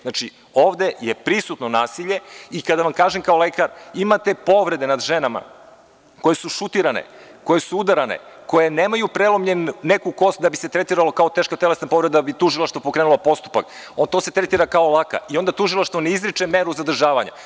Znači, ovde je prisutno nasilje i kada vam kažem kao lekar – imate povrede nad ženama koje su šutirane, koje su udarane, koje nemaju neku prelomljenu kost, da bi se tretiralo kao teška telesna povreda, da bi tužilaštvo pokrenulo postupak, to se tretira kao laka, i onda tužilaštvo ne izriče meru zadržavanja.